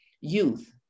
youth